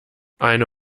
eine